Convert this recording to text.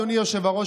אדוני היושב-ראש,